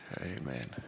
Amen